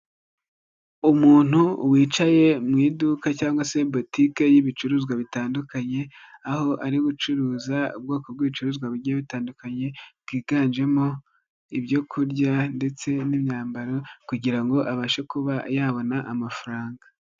Umuntu wicaye mu iduka cyangwa se botique y'ibicuruzwa bitandukanye, aho ari gucuruza ubwoko bw'ibicuruzwa bigiye bitandukanye byiganjemo ibyo kurya ndetse n'imyambaro kugira ngo abashe kuba yabona amafaranga.